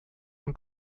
und